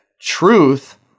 truth